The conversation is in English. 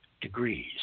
degrees